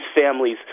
families